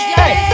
hey